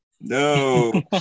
No